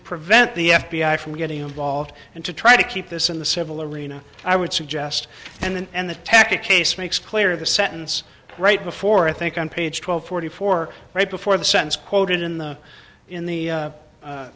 prevent the f b i from getting involved and to try to keep this in the civil arena i would suggest and the tactic case makes clear the sentence right before i think on page twelve forty four right before the sentence quoted in the in the